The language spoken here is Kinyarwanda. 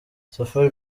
safari